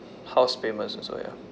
house payments also ya